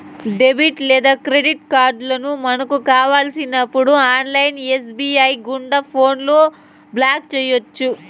debit లేదా credit కార్డులను మనకు కావలసినప్పుడు ఆన్లైన్ ఎస్.బి.ఐ గుండా ఫోన్లో బ్లాక్ చేయొచ్చు